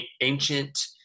ancient